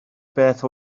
beth